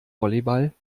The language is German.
volleyball